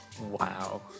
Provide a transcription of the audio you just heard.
Wow